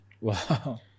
Wow